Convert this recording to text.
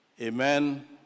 Amen